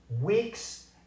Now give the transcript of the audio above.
weeks